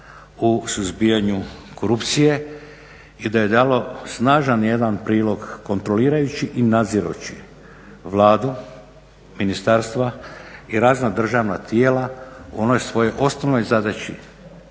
u suzbijanju korupcije i da je dalo snažan jedan prilog kontrolirajući i nadzirući Vladu, ministarstva i razna državna tijela u onoj svojoj osnovnoj zadaći